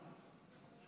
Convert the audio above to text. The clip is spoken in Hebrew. ומשימה.